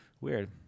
Weird